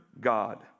God